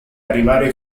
arrivare